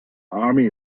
army